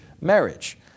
marriage